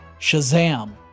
Shazam